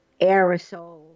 aerosol